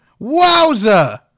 Wowza